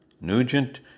Nugent